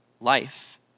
life